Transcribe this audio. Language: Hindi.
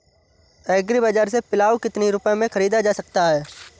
एग्री बाजार से पिलाऊ कितनी रुपये में ख़रीदा जा सकता है?